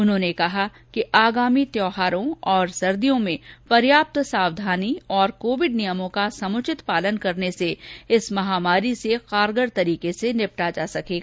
उन्होने कहा कि आगामी त्योहारों और सर्दियो में पर्याप्त सावधानी और कोविड नियमों का समुचित पालन करने से इस महामारी से कारगर तरीके से निपटा जा सकेगा